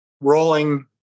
rolling